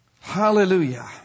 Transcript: Hallelujah